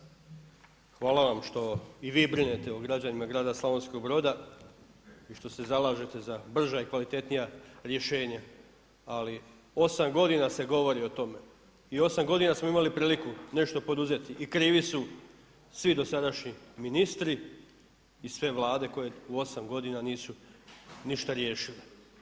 Kolega Maras, hvala vam što i vi brinete o građanima grada Slavonskog Broda i što se zalažete za brža i kvalitetnija rješenja ali 8 godina se govori o tome i 8 godina smo imali priliku nešto poduzeti i krivi su svi dosadašnji ministri i sve Vlade koje u 8 godina nisu ništa riješile.